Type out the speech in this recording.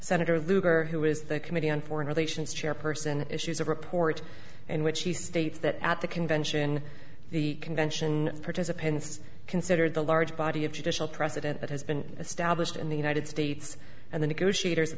senator lugar who is the committee on foreign relations chairperson issues a report in which he states that at the convention the convention participants considered the large body of judicial precedent that has been established in the united states and the